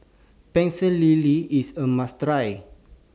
Pecel Lele IS A must Try